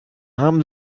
haben